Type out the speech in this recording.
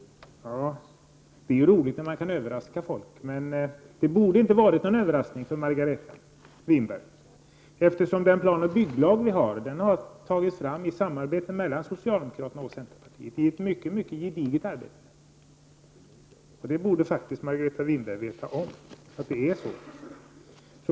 Det är ju roligt när man kan överraska folk. Men det borde inte ha varit någon överraskning för Margareta Winberg, eftersom den plan och bygglag som vi har har tagits fram i samarbete mellan socialdemokraterna och centerpartiet. Det borde Margareta Winberg känna till.